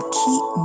keep